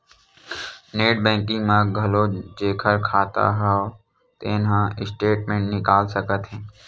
net banking म घलोक जेखर खाता हव तेन ह स्टेटमेंट निकाल सकत हे